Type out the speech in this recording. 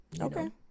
Okay